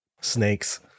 snakes